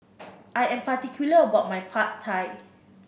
I am particular about my Pad Thai